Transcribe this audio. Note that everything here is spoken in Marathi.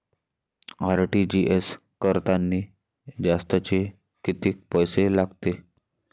आर.टी.जी.एस करतांनी जास्तचे कितीक पैसे लागते?